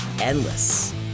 endless